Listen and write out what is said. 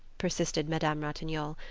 persisted madame ratignolle,